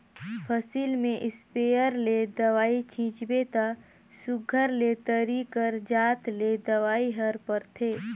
फसिल में इस्पेयर ले दवई छींचबे ता सुग्घर ले तरी कर जात ले दवई हर परथे